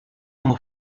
como